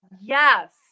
Yes